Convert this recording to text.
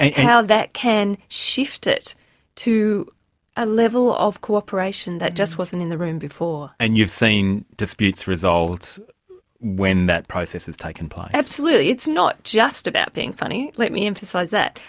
how that can shift it to a level of cooperation that just wasn't in the room before. and you've seen disputes resolved when that process has taken place? absolutely, it's not just about being funny, let me emphasise that.